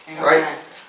right